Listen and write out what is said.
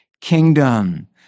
kingdom